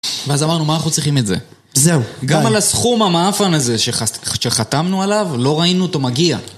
ואז אמרנו, מה אנחנו צריכים את זה? זהו, גיא. גם על הסכום המאפן הזה שחתמנו עליו, לא ראינו אותו מגיע.